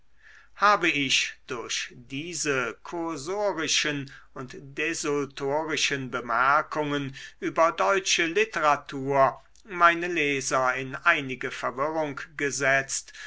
habe ich durch diese kursorischen und desultorischen bemerkungen über deutsche literatur meine leser in einige verwirrung gesetzt